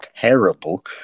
terrible